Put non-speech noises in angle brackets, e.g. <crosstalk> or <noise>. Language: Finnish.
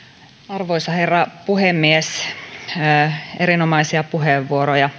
arvoisa herra puhemies erinomaisia puheenvuoroja <unintelligible>